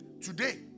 Today